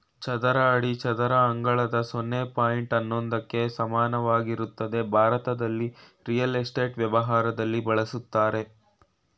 ಚದರ ಅಡಿ ಚದರ ಅಂಗಳದ ಸೊನ್ನೆ ಪಾಯಿಂಟ್ ಹನ್ನೊಂದಕ್ಕೆ ಸಮಾನವಾಗಿರ್ತದೆ ಭಾರತದಲ್ಲಿ ರಿಯಲ್ ಎಸ್ಟೇಟ್ ವ್ಯವಹಾರದಲ್ಲಿ ಬಳುಸ್ತರೆ